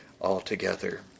altogether